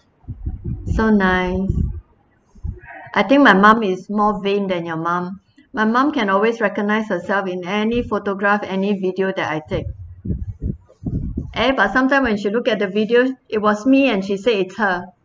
so nice I think my mum is more vain than your mum my mum can always recognised herself in any photograph any video that I take eh but sometime when she look at the videos it was me and she said it's her